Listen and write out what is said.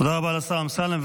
תודה רבה לשר אמסלם.